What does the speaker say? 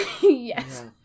Yes